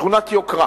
שכונת יוקרה,